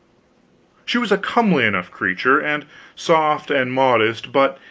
she was a comely enough creature, and soft and modest, but,